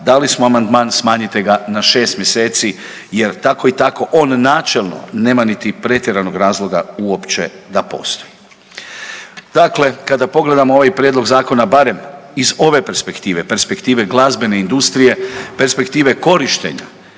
dali smo amandman, smanjite ga na 6 mjeseci jer tako i tako on načelno nema niti pretjeranog razloga uopće da postoji. Dakle, kada pogledamo ovaj prijedlog zakona barem iz ove perspektive, perspektive glazbene industrije, perspektive korištenja